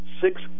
six